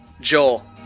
Joel